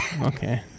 Okay